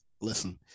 listen